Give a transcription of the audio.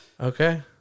Okay